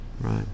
right